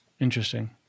Interesting